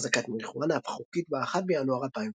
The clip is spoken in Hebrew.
אחזקת מריחואנה הפכה חוקית ב-1 בינואר 2010.